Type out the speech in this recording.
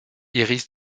iris